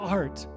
art